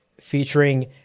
featuring